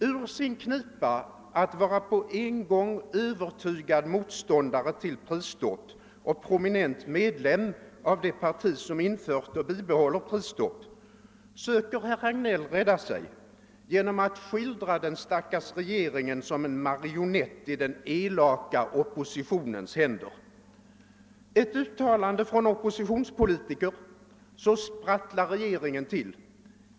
Ur sin knipa att vara på en gång övertygad motståndare till prisstopp och prominent medlem av det parti som infört och bibehåller prisstoppet söker herr Hagnell rädda sig genom att skildra den stackars regeringen som en marionett i den elaka oppositionens händer. Ett uttalande från oppositionspolitiker — och regeringen sprattlar till.